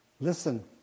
Listen